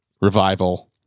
revival